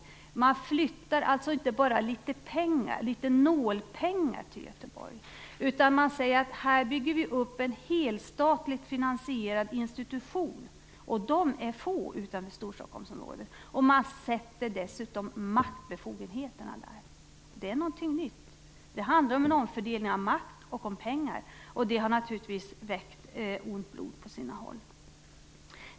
Man flyttar alltså inte bara litet nålpengar till Göteborg, utan man bygger upp en helstatligt finansierad institution - och de är få utanför Storstockholmsområdet - och sätter dessutom maktbefogenheterna där. Det är någonting nytt. Det handlar om en omfördelning av makt och om pengar, och det har naturligtvis väckt ont blod på sina håll.